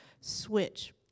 switch